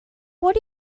what